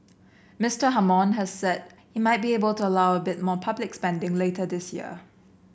Mister Hammond has said he might be able to allow a bit more public spending later this year